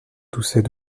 toussait